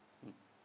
mmhmm